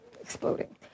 exploding